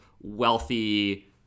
wealthy